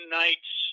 nights